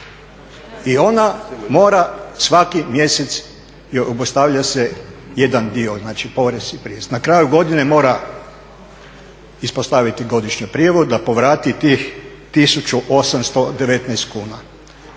i ona mora svaki mjesec i obustavlja se jedan dio znači porez i prirez. Na kraju godine mora ispostaviti godišnji prijevod da povrati tih 1.819 kuna.